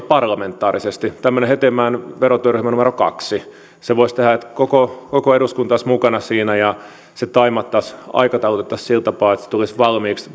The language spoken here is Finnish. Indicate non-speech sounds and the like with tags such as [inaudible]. [unintelligible] parlamentaarisesti tämmöinen hetemäen verotyöryhmä numero kaksi sen voisi tehdä niin että koko koko eduskunta olisi mukana siinä ja se taimattaisiin aikataulutettaisiin sillä tapaa että se tulisi valmiiksi [unintelligible]